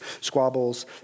squabbles